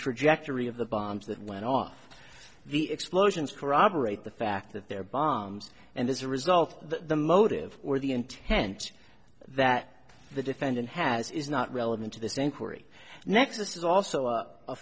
trajectory of the bombs that went off the explosions corroborate the fact that there are bombs and as a result the motive or the intent that the defendant has is not relevant to this inquiry nexus is also a